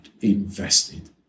invested